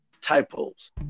typos